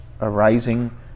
arising